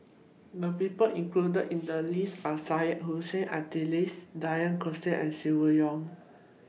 The People included in The list Are Syed Hussein Alatas Denis D'Cotta and Silvia Yong